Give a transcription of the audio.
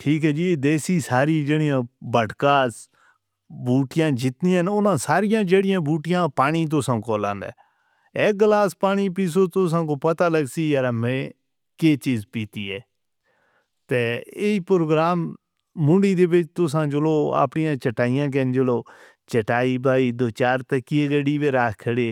ٹھیک ہے جی دیسی ساری جڑیاں بھٹکاس بوٹیاں جتنی ہیں نا، ساری جڑیاں بوٹیاں پانی توسان کولان ہیں۔ اک گلاس پانی پیسو توسان کو پتا لگ سی یار میں کے چیز پیتی ہے، تے ای پروگرام مولی دے وچھ توسان جلو اپنیان چٹائیاں کہنجلو۔ چٹائی بائی دو چار تکیا گڑی وے راہ کھڑے،